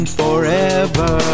forever